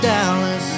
Dallas